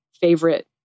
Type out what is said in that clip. favorite